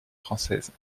françaises